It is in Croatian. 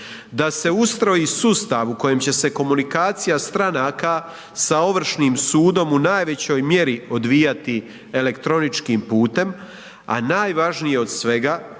da se ustroji sustav u kojem će se komunikacija stranaka sa ovršnim sudom u najvećoj mjeri odvijati elektroničkim putem, a najvažnije od svega